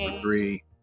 Three